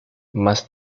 más